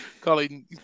Colin